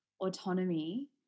autonomy